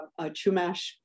Chumash